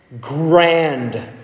grand